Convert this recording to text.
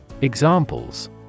Examples